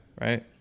Right